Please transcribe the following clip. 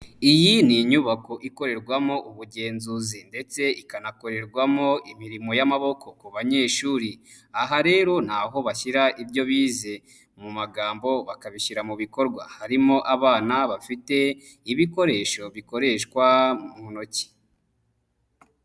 Iyi ni inyubako ikorerwamo ubugenzuzi ndetse ikanakorerwamo imirimo y'amaboko ku banyeshuri. Aha rero naho bashyira ibyo bize, mu magambo bakabishyira mu bikorwa. Harimo abana bafite, ibikoresho bikoreshwa, mu ntoki.